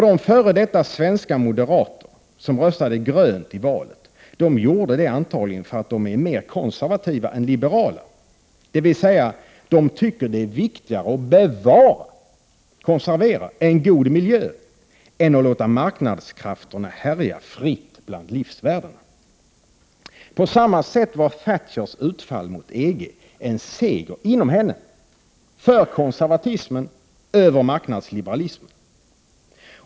De f.d. svenska moderater som röstade grönt i valet gjorde det antagligen för att de är mer konservativa än liberala, dvs. de tycker det är viktigare att bevara — konservera — en god miljö än att låta marknadskrafterna härja fritt bland livsvärdena. På samma sätt var Thatchers utfall mot EG en seger inom henne för konservatismen över marknadsliberalismen.